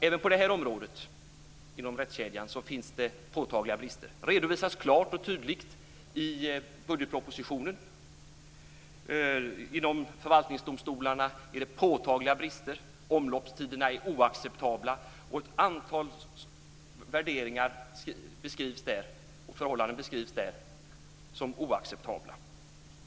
Även på detta område finns påtagliga brister. Det redovisas klart och tydligt i budgetpropositionen. I förvaltningsdomstolarna finns påtagliga brister. Omloppstiderna är oacceptabla, och ett antal förhållanden beskrivs i propositionen som oacceptabla.